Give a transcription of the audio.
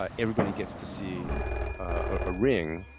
ah everybody gets to see a ring,